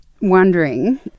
wondering